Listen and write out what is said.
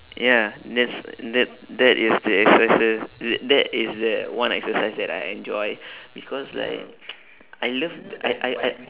ya that's that that is the exercise th~ that is that one exercise that I enjoy because like I love I I I